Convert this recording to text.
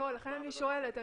לכן אני שואלת,